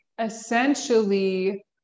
essentially